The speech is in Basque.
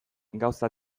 gauza